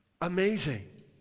Amazing